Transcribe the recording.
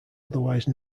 otherwise